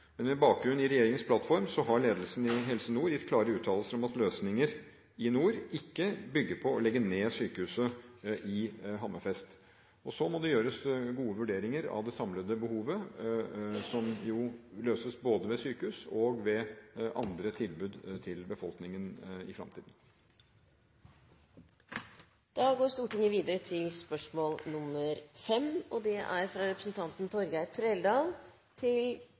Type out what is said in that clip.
Med bakgrunn i regjeringens plattform har ledelsen i Helse Nord gitt klare uttalelser om at løsninger i nord ikke bygger på å legge ned sykehuset i Hammerfest. Så må det gjøres gode vurderinger av det samlede behovet, som løses både ved sykehus og ved andre tilbud til befolkningen i fremtiden. «Regjeringen har gått ut og sagt at de vil satse på å bygge 1 000 nye studenthybler. Studentsamskipnaden i Narvik har for få hybler til